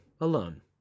alone